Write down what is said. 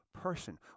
person